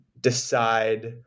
decide